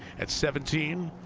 and seventeen,